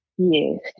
Yes